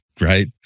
right